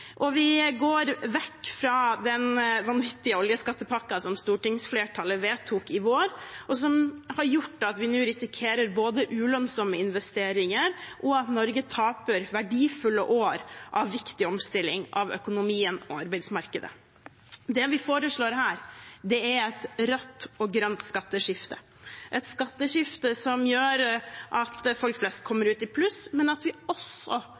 og vi går vekk fra den vanvittige oljeskattepakken som stortingsflertallet vedtok i vår, og som har gjort at vi nå risikerer både ulønnsomme investeringer, og at Norge taper verdifulle år med viktig omstilling av økonomien og arbeidsmarkedet. Det vi foreslår her, er et rødt og grønt skatteskift, et skatteskift som gjør at folk flest kommer ut i pluss, men at vi også